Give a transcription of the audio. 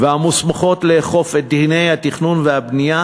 והמוסמכות לאכוף את דיני התכנון והבנייה,